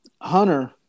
Hunter